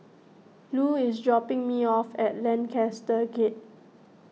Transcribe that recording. Lu is dropping me off at Lancaster Gate